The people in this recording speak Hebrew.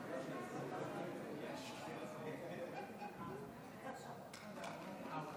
תודה רבה